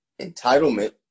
entitlement